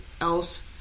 else